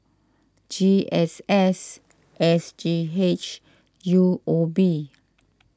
G S S S G H U O B